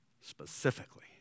specifically